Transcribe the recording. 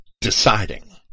deciding